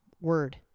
word